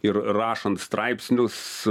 ir rašant straipsnius